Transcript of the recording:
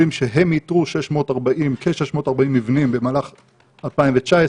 על כך שהם איתרו כ-640 מבנים במהלך 2019,